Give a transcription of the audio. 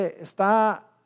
está